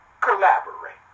collaborate